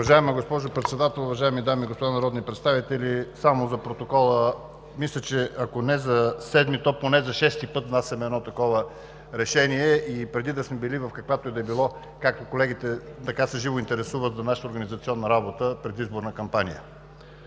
Уважаема госпожо Председател, уважаеми дами и господа народни представители! Само за протокола, мисля, че ако не за седми, то поне за шести път внасяме едно такова решение и преди да сме били в каквато и да било, както колегите живо се интересуват за нашата организационна работа, предизборна кампания.